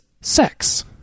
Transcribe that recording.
sex